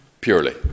purely